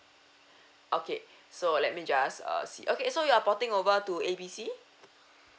okay so let me just uh see okay so you're porting over to A B C